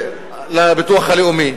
לביטוח הלאומי.